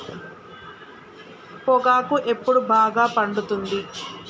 పొగాకు ఎప్పుడు బాగా పండుతుంది?